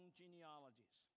genealogies